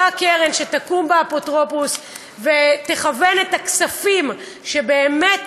אותה קרן שתקום אצל האפוטרופוס ותכוון את הכספים שבאמת